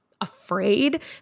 afraid